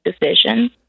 decision